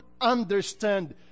understand